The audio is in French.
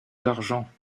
d’argent